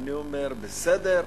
אני אומר: בסדר.